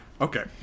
Okay